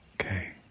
okay